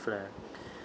flare